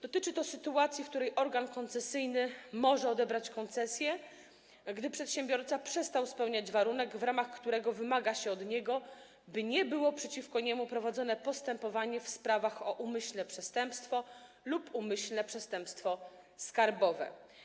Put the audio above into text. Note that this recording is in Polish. Dotyczy to sytuacji, w której organ koncesyjny może odebrać koncesję, gdy przedsiębiorca przestał spełniać warunek, w ramach którego wymaga się od niego, by nie było przeciwko niemu prowadzone postępowanie w sprawach o umyślne przestępstwo lub umyślne przestępstwo skarbowe.